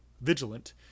vigilant